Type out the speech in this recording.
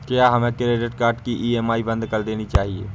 क्या हमें credit card की ई.एम.आई बंद कर देनी चाहिए?